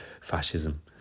fascism